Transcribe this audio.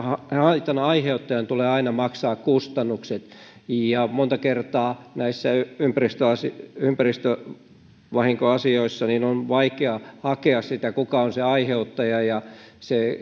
haitan aiheuttajan tulee aina maksaa kustannukset ja monta kertaa näissä ympäristövahinkoasioissa on vaikea hakea sitä kuka on se aiheuttaja ja se